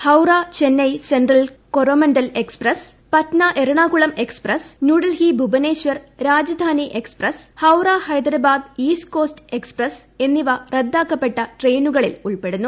Howrah Chennai central Coromandel express Patna Ernakulam express New Delhi Bhubaneswar Rajdhani express Howrah Hyderabad east coast express എന്നിവ റദ്ദാക്കപ്പെട്ട ട്രെയിനുകളിൽ ഉൾപ്പെടുന്നു